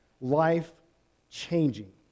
life-changing